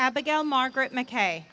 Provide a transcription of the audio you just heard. abigail margaret mckay